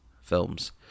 films